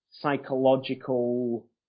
psychological